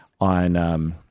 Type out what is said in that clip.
on